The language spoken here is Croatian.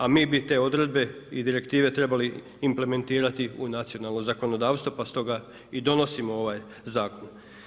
A mi bi te odredbe i direktive trebali implementirati u nacionalno zakonodavstvo pa stoga i donosimo ovaj zakon.